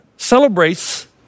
celebrates